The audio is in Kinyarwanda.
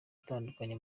atandukanye